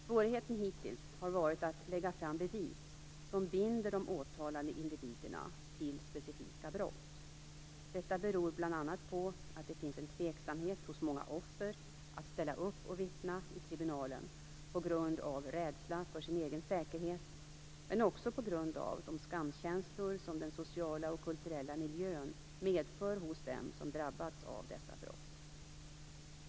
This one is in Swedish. Svårigheten hittills har varit att lägga fram bevis som binder de åtalade individerna till specifika brott. Detta beror bl.a. på att det finns en tveksamhet hos många offer att ställa upp och vittna i tribunalen på grund av rädsla för sin egen säkerhet men också på grund av de skamkänslor som den sociala och kulturella miljön medför hos dem som drabbats av dessa brott.